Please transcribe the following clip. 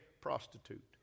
prostitute